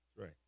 Right